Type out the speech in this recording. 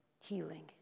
healing